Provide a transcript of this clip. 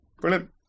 Brilliant